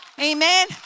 amen